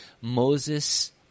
moses